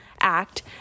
ACT